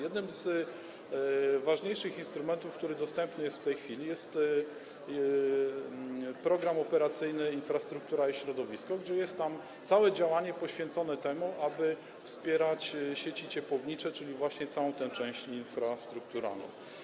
Jednym z ważniejszych instrumentów, który dostępny jest w tej chwili, jest Program Operacyjny „Infrastruktura i środowisko”, w ramach którego jest całe działanie poświęcone temu, aby wspierać sieci ciepłownicze, czyli właśnie całą tę część infrastrukturalną.